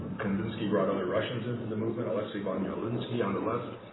kandinsky brought other russians into the movement alexej von jawlensky, on the left.